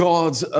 God's